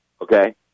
Okay